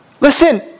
Listen